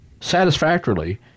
satisfactorily